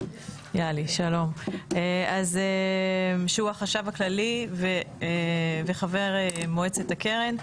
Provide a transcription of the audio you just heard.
שהוא החשב הכללי וחבר מועצת הקרן,